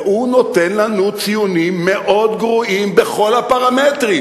והוא נותן לנו ציונים מאוד גרועים בכל הפרמטרים.